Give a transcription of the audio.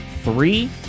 three